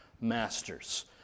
masters